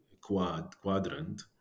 quadrant